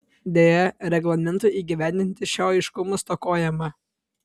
deja reglamentui įgyvendinti šio aiškumo stokojama